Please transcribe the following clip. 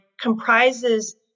comprises